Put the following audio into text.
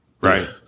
Right